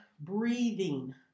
breathing